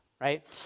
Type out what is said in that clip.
right